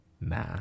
nah